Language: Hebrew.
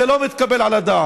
זה לא מתקבל על הדעת.